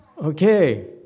Okay